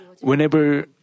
whenever